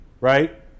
right